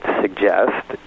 suggest